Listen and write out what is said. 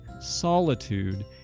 Solitude